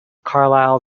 carlisle